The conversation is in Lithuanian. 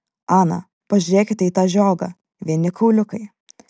ana pažiūrėkite į tą žiogą vieni kauliukai